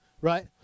right